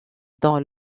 dans